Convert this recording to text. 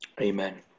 Amen